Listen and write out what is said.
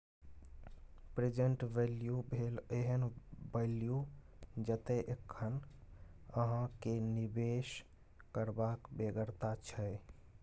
present value भेल एहन value जतय एखन अहाँ केँ निबेश करबाक बेगरता छै